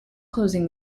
closing